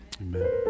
Amen